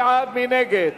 23 בעד, אחד מתנגד,